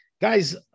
guys